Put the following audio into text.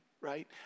right